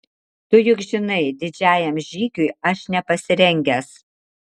tu juk žinai didžiajam žygiui aš nepasirengęs